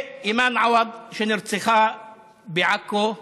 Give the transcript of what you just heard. ואימאן עווד, שנרצחה בעכו.